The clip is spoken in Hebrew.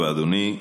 תודה רבה, אדוני.